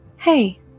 Hey